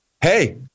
Hey